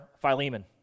Philemon